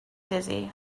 dizzy